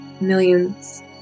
millions